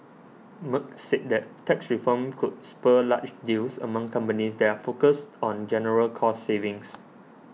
Merck said that tax reform could spur large deals among companies that are focused on general cost savings